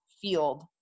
field